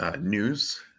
news